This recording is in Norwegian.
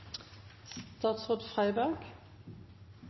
statsråd Freiberg